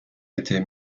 était